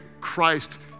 Christ